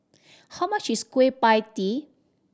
how much is Kueh Pie Tee